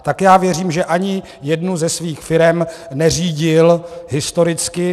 Tak já věřím, že ani jednu ze svých firem neřídil historicky.